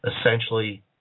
essentially